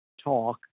talk